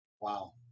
Wow